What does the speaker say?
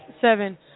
seven